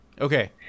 Okay